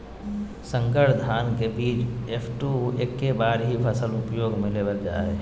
संकर धान के बीज एफ.टू एक्के बार ही फसल उपयोग में लेवल जा हइ